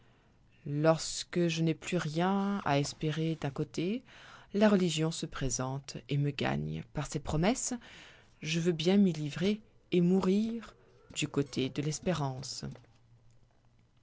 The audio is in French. lorsque je n'ai plus rien à espérer d'un côté la religion se présente et me gagne par ses promesses je veux bien m'y livrer et mourir du côté de l'espérance